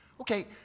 Okay